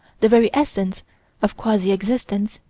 the very essence of quasi-existence,